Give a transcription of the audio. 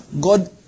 God